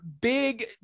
big